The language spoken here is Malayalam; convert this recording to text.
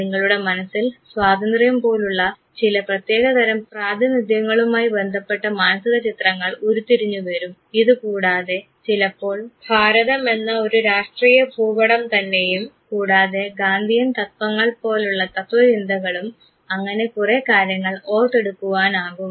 നിങ്ങളുടെ മനസ്സിൽ സ്വാതന്ത്ര്യം പോലെയുള്ള ചില പ്രത്യേക തരം പ്രാതിനിധ്യങ്ങളുമായി ബന്ധപ്പെട്ട മാനസിക ചിത്രങ്ങൾ ഉരുത്തിരിഞ്ഞു വരും ഇതുകൂടാതെ ചിലപ്പോൾ ഭാരതം എന്ന ഒരു രാഷ്ട്രീയ ഭൂപടംതന്നെയും കൂടാതെ ഗാന്ധിയൻ തത്വങ്ങൾ പോലെയുള്ള തത്വചിന്തകളും അങ്ങനെ കുറേ കാര്യങ്ങൾ ഓർത്തെടുക്കാനാകും